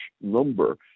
number